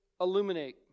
Illuminate